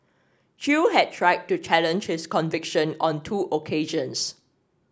chew had tried to challenge his conviction on two occasions